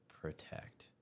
protect